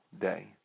day